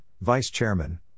Vice-Chairman